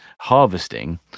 harvesting